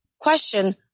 question